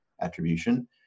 attribution